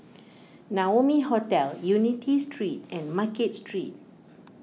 Naumi Hotel Unity Street and Market Street